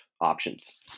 options